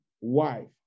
wife